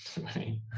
right